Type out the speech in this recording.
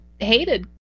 hated